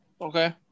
Okay